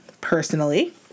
personally